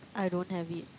I don't have it